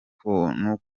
kubura